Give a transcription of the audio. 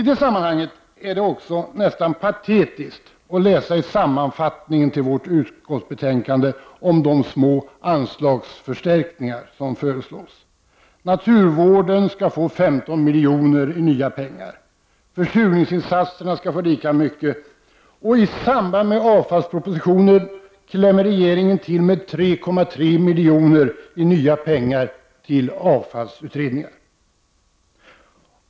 Det är också nästan patetiskt att i sammanfattningen till vårt utskottsbetänkande läsa om de små anslagsförstärkningar som föreslås. Naturvården skall få 15 miljoner i nya pengar, försurningsinsatserna skall få lika mycket, och i samband med avfallspropositionen klämmer regeringen till med 3,3 miljoner i nya pengar till avfallsutredningar.